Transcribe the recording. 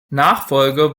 nachfolger